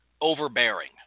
overbearing